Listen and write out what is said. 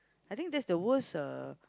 I think that's the worst uh